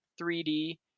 3d